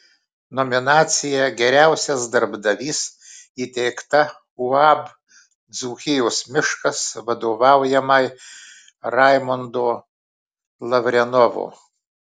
nominacija geriausias darbdavys įteikta uab dzūkijos miškas vadovaujamai raimundo lavrenovo